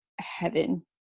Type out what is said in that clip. heaven